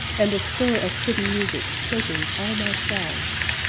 and the stir of hidden music shaping all my songs,